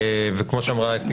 כמו שאמרה אסתי